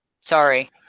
sorry